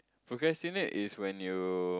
procrastinate is when you